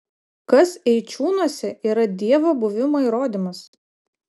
kas eičiūnuose yra dievo buvimo įrodymas